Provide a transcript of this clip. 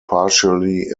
partially